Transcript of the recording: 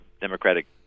Democratic